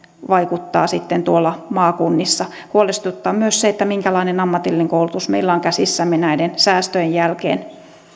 vaikuttaa sitten tuolla maakunnissa huolestuttaa myös se minkälainen ammatillinen koulutus meillä on käsissämme näiden säästöjen jälkeen